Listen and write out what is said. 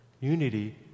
unity